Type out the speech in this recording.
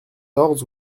quatorze